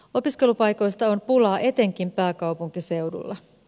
opiskelupaikoista on pulaa etenkin pääkaupunkiseudulla